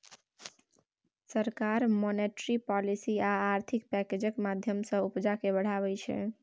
सरकार monetary policy आ आर्थिक पैकैजक माध्यमँ सँ उपजा केँ बढ़ाबै छै